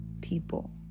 people